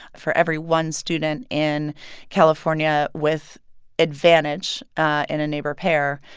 for every one student in california with advantage in a neighbor pair,